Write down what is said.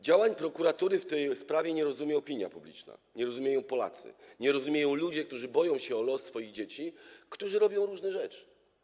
Działań prokuratury w tej sprawie nie rozumie opinia publiczna, nie rozumieją Polacy, nie rozumieją ludzie, którzy boją się o los swoich dzieci, które robią różne rzeczy.